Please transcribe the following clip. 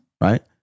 Right